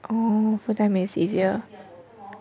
oh for them it's easier